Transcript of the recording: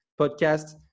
podcast